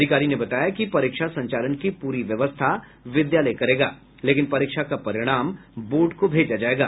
अधिकारी ने बताया कि परीक्षा संचालन की पूरी व्यवस्था विद्यालय करेगा लेकिन परीक्षा का परिणाम बोर्ड को भेजा जायेगा